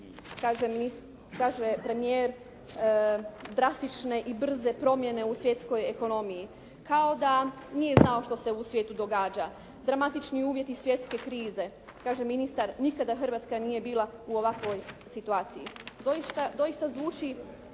kaže premijer drastične i brze promjene u svjetskoj ekonomiji. Kao da nije znao što se u svijetu događa. Dramatični uvjeti svjetske krize. Kaže ministar nikada Hrvatska nije bila u ovakvoj situaciji. Doista zvuči